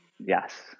Yes